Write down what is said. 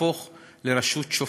תהפוך לרשות שופטת.